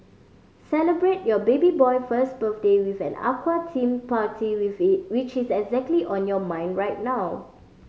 celebrate your baby boy first birthday with an aqua theme party with it which is exactly on your mind right now